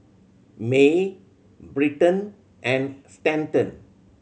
Mae Bryton and Stanton